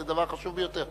זה דבר חשוב ביותר.